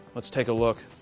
let's take a look.